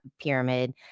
pyramid